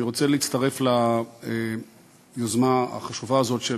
אני רוצה להצטרף ליוזמה החשובה הזאת של